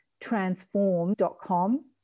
transform.com